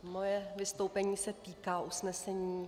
Moje vystoupení se týká usnesení.